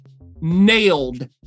Nailed